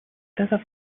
desert